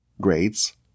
grades